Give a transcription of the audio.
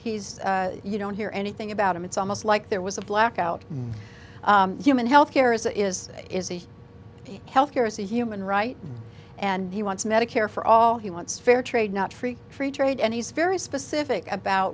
he's you don't hear anything about him it's almost like there was a blackout human health care is a is is a health care is a human right and he wants medicare for all he wants fair trade not free free trade and he's very specific about